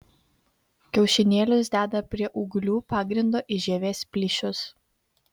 kiaušinėlius deda prie ūglių pagrindo į žievės plyšius